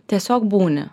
tiesiog būni